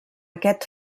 aquest